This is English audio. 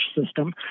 system